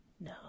No